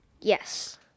Yes